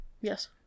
Yes